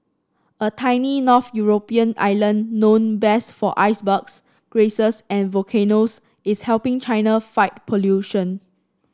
a tiny north European island known best for icebergs geysers and volcanoes is helping China fight pollution